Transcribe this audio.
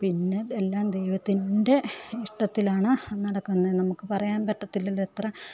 പിന്നെ എല്ലാം ദൈവത്തിൻ്റെ ഇഷ്ടത്തിലാണ് നടക്കുന്നത് നമുക്ക് പറയാൻ പറ്റത്തില്ലല്ലോ എത്ര